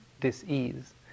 dis-ease